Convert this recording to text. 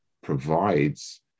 provides